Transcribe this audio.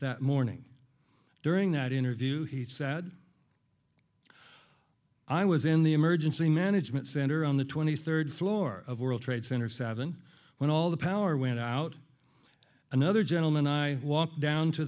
that morning during that interview he said i was in the emergency management center on the twenty third floor of world trade center savin when all the power went out and another gentleman i walked down to